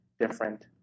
different